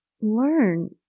learn